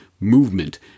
movement